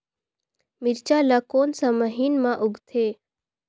मिरचा ला कोन सा महीन मां उगथे?